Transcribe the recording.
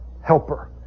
Helper